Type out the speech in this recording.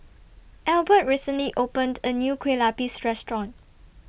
Albert recently opened A New Kueh Lapis Restaurant